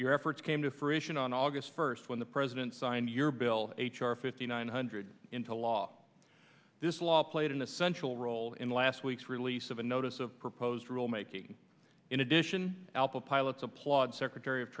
your efforts came to fruition on august first when the president signed your bill h r fifty nine hundred into law this law played in the central role in last week's release of a notice of proposed rule making in addition alpha pilots applaud secretary of